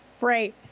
right